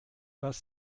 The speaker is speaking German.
was